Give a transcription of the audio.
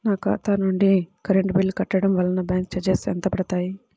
నా ఖాతా నుండి కరెంట్ బిల్ కట్టడం వలన బ్యాంకు చార్జెస్ ఎంత పడతాయా?